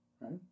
Right